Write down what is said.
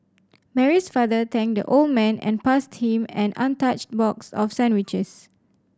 Mary's father thanked the old man and passed him an untouched box of sandwiches